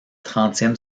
trentième